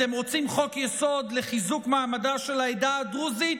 אתם רוצים חוק-יסוד לחיזוק מעמדה של העדה הדרוזית?